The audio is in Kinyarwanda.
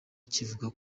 kivuga